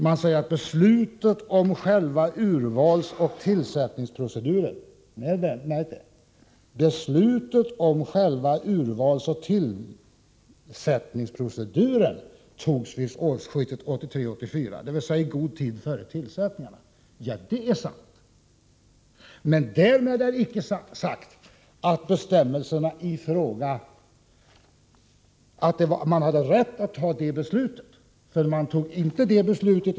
Man säger: ”Beslutet om själva urvalsoch tillsättningsproceduren” — märk väl detta — ”togs vid årsskiftet 1983-1984, dvs. i god tid före tillsättningarna.” Ja, det är sant. Men därmed är inte sagt att man hade rätt att fatta detta beslut.